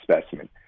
specimen